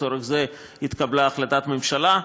לצורך זה התקבלה החלטת ממשלה,